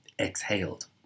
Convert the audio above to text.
exhaled